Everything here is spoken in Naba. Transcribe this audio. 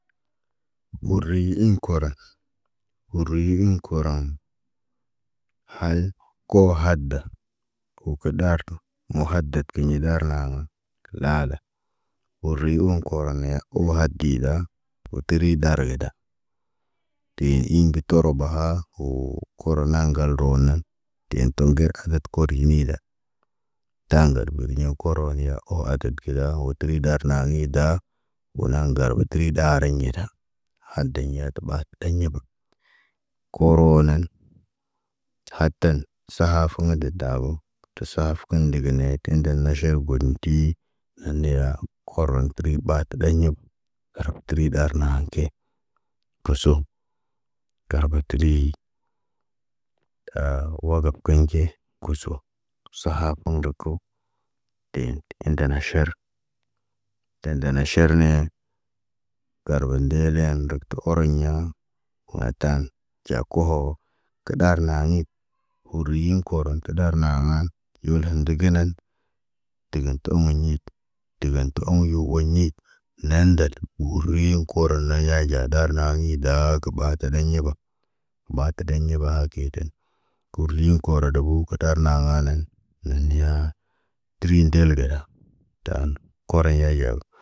Muriɲ iŋg koroŋ Muriyi iŋg koroŋg. Hal, ko hada. Wo kə ɗarkə, mohadat kiɲa ɗar na ŋəŋg. Kə laaza, wo riɲõ korone u hadida, wo keri ɗar gəda. Tee imbi toro bahaa, woo koronaŋg ŋgal roonan. Teen toŋger adat koronida. Taa ŋgar biriɲõ koro niya oho adat kida wo tiri dar nanida. Wo naŋg ŋgar mitəri ɗariɲ gida, haddeɲ ɲatiɓa teɲibu. Koroonen, hatan, sahafoŋg de daarom. Tə safoŋg degenetin de na ʃeribo godenti. An nde ya, koron təri, ɓatə ɗeɲak, harab təri ɗar naan ke. Pəsə, tara bat baterii. A wagab kuɲ nɟe, kuso, sahaab umɟoko. End, endena ʃer. Tende na ʃerniyee. Garbo ndele ndək tə orəɲa. Matan, ɟakoho, ka ɗar na ɲik. Huriyin koroon tə ɗarnaŋan, yelhə diginan. Dəgən tə omo ɲit, dəgən omoyo oɲit. Lendel, gurni kooro laɲ ya ɟa ɗar na yiida kə ɓaa teneɲ ɲiba. Mbate ɗeɲ yiba keyten, kuri koro dobu kə tarna ŋaalan. Nə niya təri ndel gaɗa, taan koro yayow.